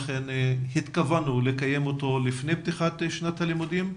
ולכן התכוונו לקיים אותו לפני פתיחת שנת הלימודים.